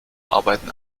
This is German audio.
arbeiten